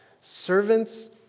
servants